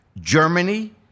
Germany